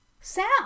sound